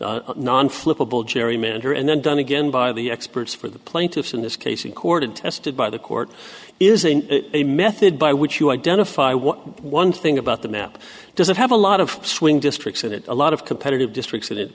permanent non flexible gerrymander and then done again by the experts for the plaintiffs in this case in court and tested by the court isn't a method by which you identify what one thing about the map doesn't have a lot of swing districts in it a lot of competitive districts in it